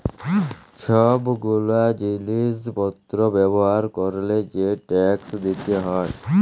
সব গুলা জিলিস পত্র ব্যবহার ক্যরলে যে ট্যাক্স দিতে হউ